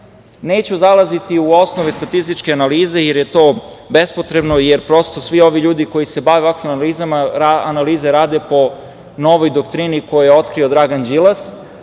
zalaziti u osnove statističke analize, jer je to bespotrebno, jer prosto svi ovi ljudi koji se bave ovakvim analizama, analize rade po novoj doktrini koju je otkrio Dragan Đilas